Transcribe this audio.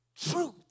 truth